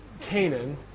Canaan